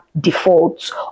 defaults